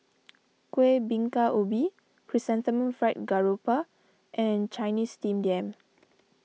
Kuih Bingka Ubi Chrysanthemum Fried Garoupa and Chinese Steamed Yam